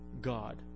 God